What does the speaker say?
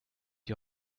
die